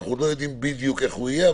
ואנחנו עדיין לא יודעים בדיוק איך הוא יהיה,